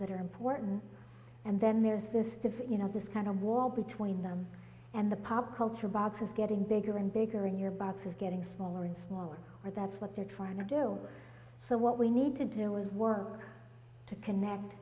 that are important and then there's this to you know this kind of wall between them and the pop culture boxes getting bigger and bigger in your box is getting smaller and smaller or that's what they're trying to do so what we need to do is work to connect